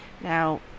Now